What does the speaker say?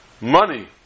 money